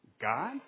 God